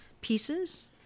pieces